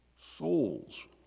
souls